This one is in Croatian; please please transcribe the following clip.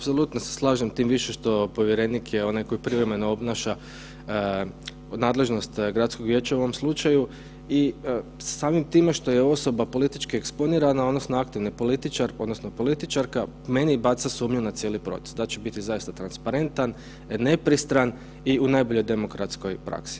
Apsolutno se slažem tim više što povjerenik je onaj koji privremeno obnaša nadležnost gradskog vijeća u ovom slučaju i samim time što je osoba politički eksponirana odnosno aktivni političar odnosno političarka meni baca sumnju na cijeli proces, da li će biti zaista transparentan, nepristran i u najboljoj demokratskoj praksi.